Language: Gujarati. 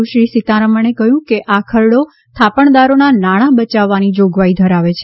સુશ્રી સીતારમણે કહ્યું હતું કે આ ખરડો થાપણદારોના નાણા બચાવવાની જોગવાઇ ધરાવે છે